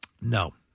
No